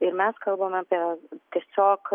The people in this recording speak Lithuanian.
ir mes kalbam apie tiesiog